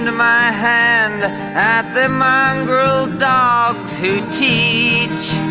and my hand at the mongrel dogs who teach